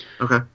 Okay